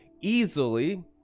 easily